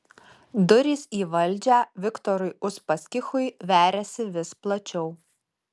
durys į valdžią viktorui uspaskichui veriasi vis plačiau